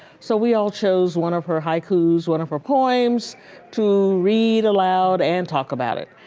so we all chose one of her haikus, one of her poems to read aloud and talk about it.